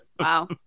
Wow